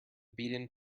beaten